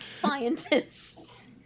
scientists